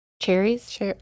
Cherries